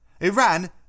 Iran